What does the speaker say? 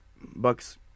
Bucks